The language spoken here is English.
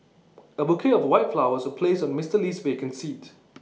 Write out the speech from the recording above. A bouquet of white flowers was placed on Mister Lee's vacant seat